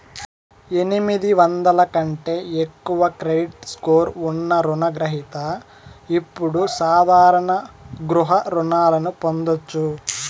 ఎనిమిది వందల కంటే ఎక్కువ క్రెడిట్ స్కోర్ ఉన్న రుణ గ్రహిత ఇప్పుడు సాధారణ గృహ రుణాలను పొందొచ్చు